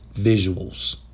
visuals